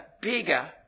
bigger